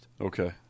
Okay